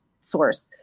source